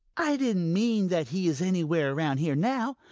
i didn't mean that he is anywhere around here now.